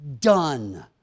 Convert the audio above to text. done